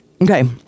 Okay